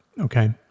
Okay